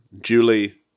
julie